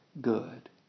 good